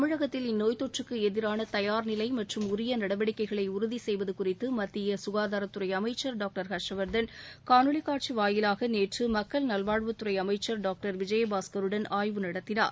தமிழகத்தில் இந்நோய்த் தொற்றுக்கு எதிரான தயார்நிலை மற்றும் உரிய நடவடிக்கைகளை உறுதி செய்வது குறித்து மத்திய ககாதாரத்துறை அமைச்சர் டாங்டர் ஹர்ஷ்வர்தன் காணொலி காட்சி வாயிலாக நேற்று மக்கள் நல்வாழ்வுத்துறை அமைச்சர் டாக்டர் விஜயபாஸ்கருடன் ஆய்வு நடத்தினார்